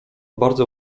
bardzo